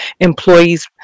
employees